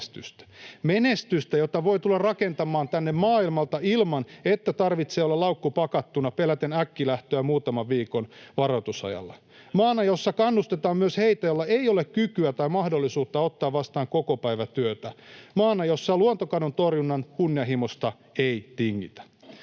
menestystä, jota voi tulla rakentamaan tänne maailmalta ilman, että tarvitsee olla laukku pakattuna peläten äkkilähtöä muutaman viikon varoitusajalla — maana, jossa kannustetaan myös heitä, joilla ei ole kykyä tai mahdollisuutta ottaa vastaan kokopäivätyötä — maana, jossa luontokadon torjunnan kunnianhimosta ei tingitä.